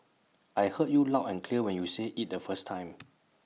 I heard you loud and clear when you said IT the first time